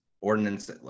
ordinance